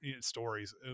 stories